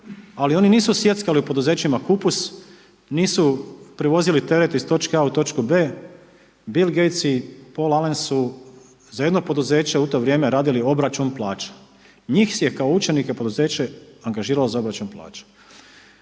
ali oni nisu sjeckali u poduzećima kupus, nisu prevozili teret iz točke A u točku B, Bill Gates i Poll Alen su za jedno poduzeće u to vrijeme, radili obračun plaća. Njih je kao učenike poduzeće angažiralo za obračun plaća.